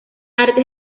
artes